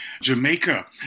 Jamaica